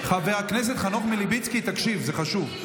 חבר הכנסת חנוך מלביצקי, תקשיב, זה חשוב.